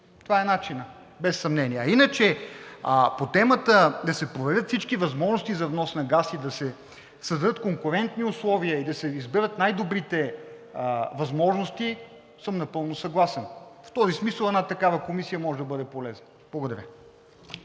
това е начинът без съмнение, а иначе по темата: да се проверят всички възможности за внос на газ, да се създадат конкурентни условия и да се изберат най-добрите възможности, съм напълно съгласен. В този смисъл една такава комисия може да бъде полезна. Благодаря.